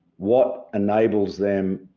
what enables them,